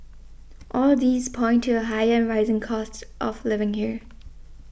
all these point to a higher rising cost of living here